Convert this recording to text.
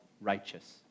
righteous